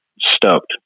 stoked